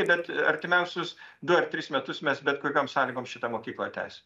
bet artimiausius du ar tris metus mes bet kokiom sąlygom šitą mokyklą tęsim